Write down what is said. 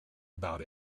about